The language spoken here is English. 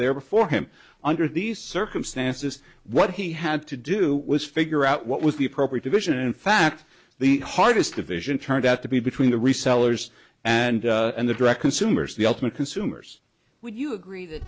there before him under these circumstances what he had to do was figure out what was the appropriate division and in fact the hardest division turned out to be between the resellers and the direct consumers ultimate consumers would you agree that